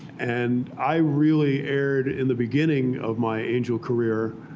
and i really erred, in the beginning of my angel career,